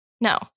No